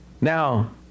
Now